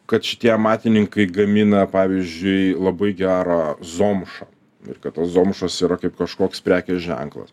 kad šitie amatininkai gamina pavyzdžiui labai gerą zomšą ir kad tos zomšos yra kaip kažkoks prekės ženklas